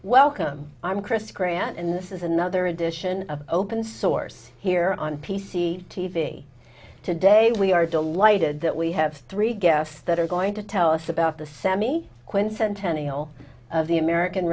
welcome i'm chris korea and this is another edition of open source here on p c t v today we are delighted that we have three guests that are going to tell us about the sammy quinn centennial of the american